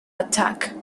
attack